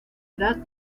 edad